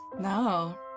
No